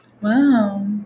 Wow